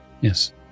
Yes